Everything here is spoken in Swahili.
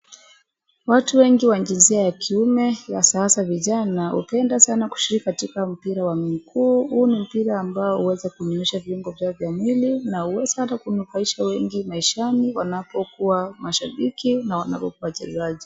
Watu wengi wa jinsia ya kiume wa sasa vijana hupenda sana kushiriki katika mpira wa miguu, huu ni mpira ambao huweza kumeesha viungo vyao vya mwili na huweza ata kunufaisha wengi maishani wanapokua mashabiki na wanapokua wachezaji.